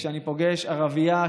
כשאני פוגש ערבייה,